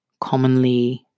commonly